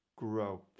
grow